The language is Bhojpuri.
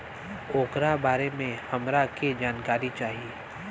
ओकरा बारे मे हमरा के जानकारी चाही?